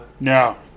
No